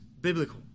biblical